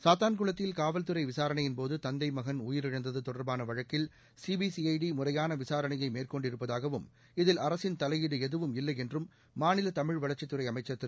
சாத்தான்குளத்தில் காவல்துறை விசாரணையின்போது தந்தை மகன் உயிரிழந்தது தொடர்பான வழக்கில் சிபிசிஜட முறையான விசாரணையை மேற்கொண்டிருப்பதாகவும் இதில் அரசின் தலையீடு எதுவும் இல்லை என்றும் மாநில தமிழ் வளர்ச்சித் துறை அமைச்சர் திரு